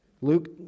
Luke